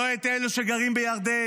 לא את אלה שגרים בירדן,